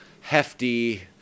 hefty